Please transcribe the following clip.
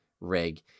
rig